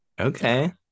okay